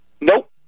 Nope